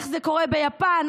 איך זה קורה ביפן,